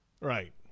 Right